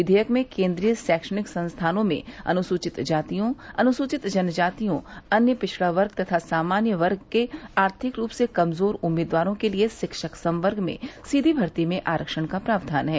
विघेयक में केंद्रीय शैक्षणिक संस्थानों में अनुसूचित जातियों अनुसूचित जनजातियों अन्य पिछड़ा वर्ग तथा सामान्य वर्ग के आर्थिक रूप से कमजोर उम्मीदवारों के लिए शिक्षक संवर्ग में सीधी भर्ती में आरक्षण का प्रावधान है